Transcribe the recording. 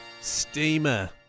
Steamer